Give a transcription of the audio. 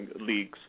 leagues